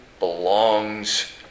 belongs